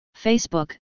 Facebook